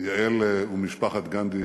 יעל ומשפחת זאבי,